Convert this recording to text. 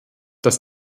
dass